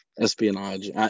espionage